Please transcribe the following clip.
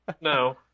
no